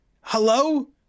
Hello